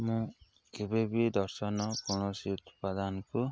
ମୁଁ କେବେ ବି ଦର୍ଶନ କୌଣସି ଉତ୍ପାଦନକୁ